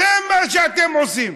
זה מה שאתם עושים,